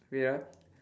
wait ah